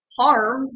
harm